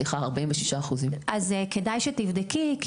סליחה, 46%. אז כדאי שתבדקי.